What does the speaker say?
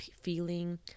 feeling